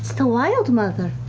the wildmother.